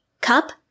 cup